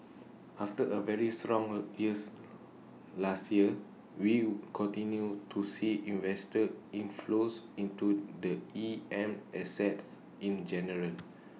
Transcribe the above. after A very strong A years last year we continue to see investor inflows into the E M assets in general